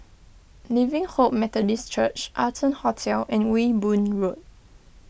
Living Hope Methodist Church Arton Hotel and Ewe Boon Road